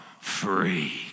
free